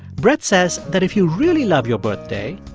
brett says that if you really love your birthday,